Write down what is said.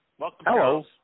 Hello